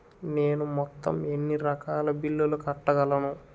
నేను మొత్తం ఎన్ని రకాల బిల్లులు కట్టగలను?